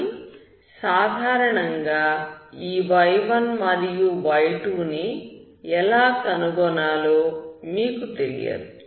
కానీ సాధారణంగా ఈ y1 మరియు y2 ని ఎలా కనుగొనాలో మీకు తెలియదు